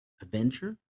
adventure